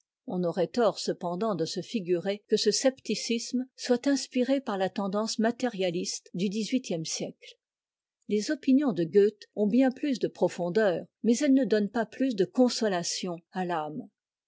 on aurait tort cependant de se figurer que ce scepticisme soit inspiré par la tendance matérialiste du dix-huitième siècle les opinions de goethe ont bien plus de profondeur mais elles ne donnent pas plus de consolations à l'âme